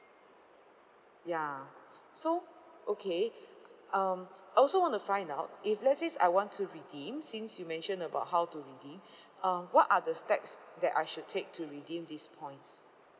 ya so okay um I also want to find out if let's says I want to redeem since you mentioned about how to redeem uh what are the steps that I should take to redeem these points